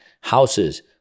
houses